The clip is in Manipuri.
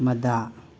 ꯃꯗꯥ